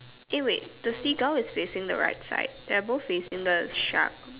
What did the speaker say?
eh wait the Seagull is facing the right side they're both facing the shark